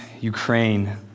Ukraine